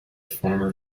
former